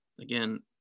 Again